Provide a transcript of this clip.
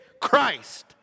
Christ